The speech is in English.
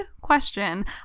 question